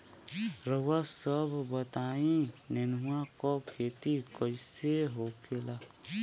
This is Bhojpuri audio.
रउआ सभ बताई नेनुआ क खेती कईसे होखेला?